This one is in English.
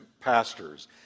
pastors